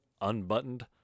unbuttoned